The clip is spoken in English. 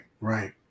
Right